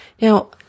Now